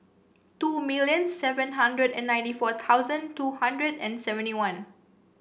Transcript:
two million seven hundred and ninety four thousand two hundred and seventy one